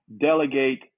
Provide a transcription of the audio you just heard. delegate